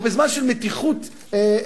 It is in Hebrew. או בזמן של מתיחות צבאית,